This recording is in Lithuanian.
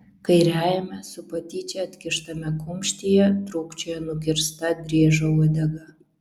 kairiajame su patyčia atkištame kumštyje trūkčioja nukirsta driežo uodega